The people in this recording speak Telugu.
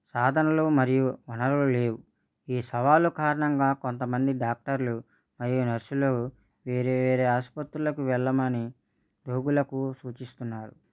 సాధనలో మరియు వనరులు లేవు ఈ సవాలు కారణంగా కొంతమంది డాక్టర్లు మరియు నర్సులు వేరే వేరే ఆసుపత్రులకు వెళ్ళమని రోగులకు సూచిస్తున్నారు